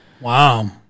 wow